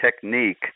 technique